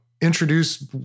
introduce